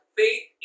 faith